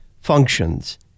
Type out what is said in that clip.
functions